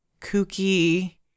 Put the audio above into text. kooky